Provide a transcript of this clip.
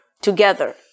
together